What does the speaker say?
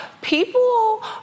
people